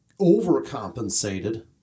overcompensated